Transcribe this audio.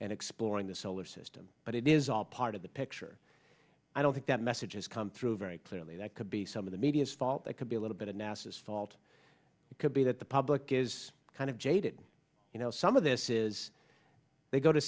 and exploring the solar system but it is all part of the picture i don't think that messages come through very clearly that could be some of the media's fault it could be a little bit of nasa's fault it could be that the public is kind of jaded you know some of this is they go to